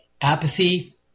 apathy